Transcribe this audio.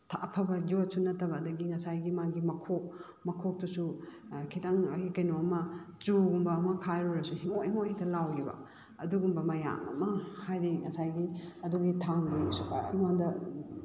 ꯑꯐꯕ ꯌꯣꯠꯁꯨ ꯅꯠꯇꯕ ꯑꯗꯒꯤ ꯉꯁꯥꯏꯒꯤ ꯃꯥꯒꯤ ꯃꯈꯣꯛ ꯃꯈꯣꯛꯇꯨꯁꯨ ꯈꯤꯇꯪ ꯍꯥꯏꯗꯤ ꯀꯩꯅꯣꯝꯃ ꯆꯨꯒꯨꯝꯕ ꯑꯃ ꯈꯥꯏꯔꯨꯔꯁꯨ ꯍꯦꯡꯉꯣ ꯍꯦꯡꯉꯣ ꯍꯦꯛꯇ ꯂꯥꯎꯕ ꯑꯗꯨꯒꯨꯝꯕ ꯃꯌꯥꯝ ꯑꯃ ꯍꯥꯏꯗꯤ ꯉꯁꯥꯏꯒꯤ ꯑꯗꯨꯒꯤ ꯊꯥꯡꯗꯣ ꯁꯨꯡꯃ ꯑꯩꯉꯣꯟꯗ